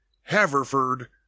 Haverford